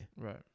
Right